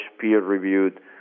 peer-reviewed